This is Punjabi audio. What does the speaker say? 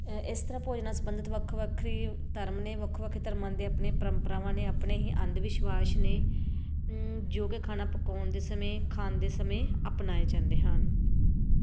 ਇਸ ਤਰ੍ਹਾਂ ਭੋਜਨ ਨਾਲ ਸੰਬੰਧਿਤ ਵੱਖੋ ਵੱਖਰੇ ਧਰਮ ਨੇ ਵੱਖੋ ਵੱਖ ਧਰਮਾਂ ਦੇ ਆਪਣੇ ਪਰੰਪਰਾਵਾਂ ਨੇ ਆਪਣੇ ਹੀ ਅੰਧ ਵਿਸ਼ਵਾਸ ਨੇ ਜੋ ਕਿ ਖਾਣਾ ਪਕਾਉਣ ਦੇ ਸਮੇਂ ਖਾਣ ਦੇ ਸਮੇਂ ਅਪਣਾਏ ਜਾਂਦੇ ਹਨ